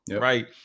right